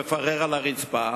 מפרר על הרצפה,